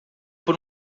por